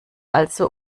also